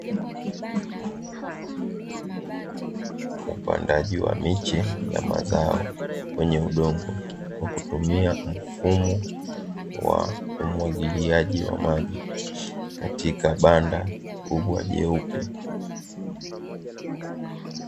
Upandaji wa miche ya mazao kwenye udongo, kwa kutumia mfumo wa umwagiliaji wa maji katika banda kubwa jeupe.